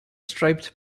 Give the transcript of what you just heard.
striped